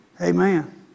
Amen